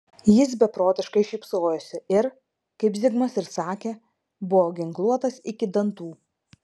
jis beprotiškai šypsojosi ir kaip zigmas ir sakė buvo ginkluotas iki dantų